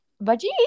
Baji